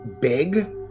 big